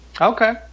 Okay